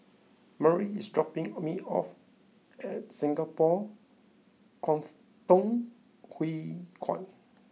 Marlie is dropping me off at Singapore Kwangtung Hui Kuan